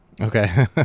Okay